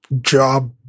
job